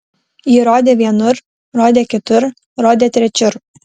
ji rodė vienur rodė kitur rodė trečiur